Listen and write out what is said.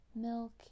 milk